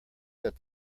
that